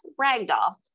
ragdoll